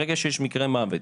ברגע שיש מקרה מוות